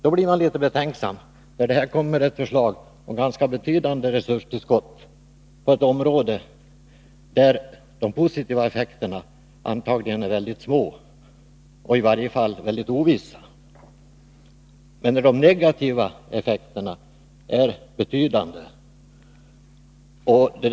Man blir därför litet betänksam när det läggs fram ett förslag om ganska betydande resurstillskott på ett område där de positiva effekterna antagligen är mycket små och i varje fall mycket ovissa, men där de negativa effekterna är betydande.